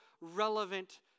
relevant